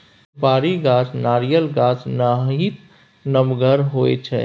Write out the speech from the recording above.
सुपारी गाछ नारियल गाछ नाहित नमगर होइ छइ